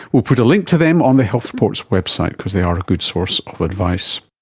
we'll put a link to them on the health report's website because they are a good source of advice